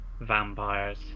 vampires